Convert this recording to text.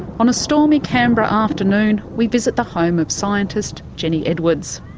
on a stormy canberra afternoon we visit the home of scientist jenny edwards.